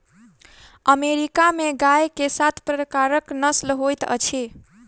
America में गाय के सात प्रकारक नस्ल होइत अछि